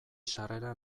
sarrera